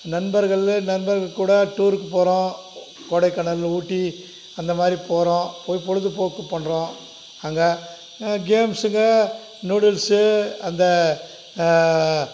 நண்பர்கள் நண்பர்கள் கூட டூருக்கு போகிறோம் கொடைக்கானல் ஊட்டி அந்தமாதிரி போகிறோம் போய் பொழுதுபோக்கு பண்ணுறோம் அங்கே கேம்ஸ்ஸுங்கள் நூடுல்ஸ்ஸு அந்த